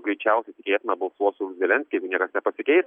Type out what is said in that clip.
greičiausiai tikėtina balsuos už zelenskį jeigu niekas nepasikeis